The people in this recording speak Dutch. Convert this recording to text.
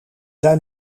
zijn